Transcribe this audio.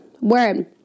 word